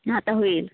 आता होईल